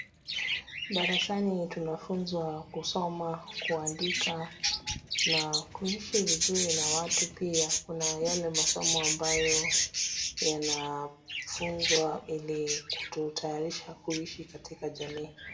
Darasani tunafunzwa kusoma kuandika na kuishi vizuri na watu pia na yale masomo ambayo yanafunzwa ili kututayarisha kuishi katika jamii.